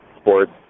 sports